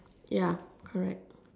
ya correct